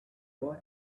boy